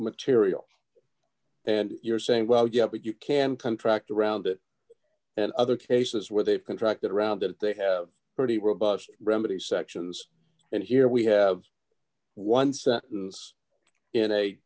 material and you're saying well yeah but you can contract around it and other cases where they've contracted around it they have a pretty robust remedy sections and here we have one sentence in a